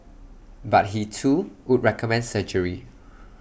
but he too would recommend surgery